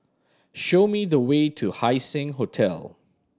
show me the way to Haising Hotel